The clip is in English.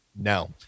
no